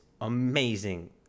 amazing